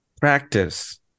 practice